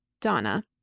Donna